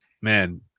man